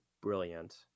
brilliant